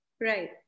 right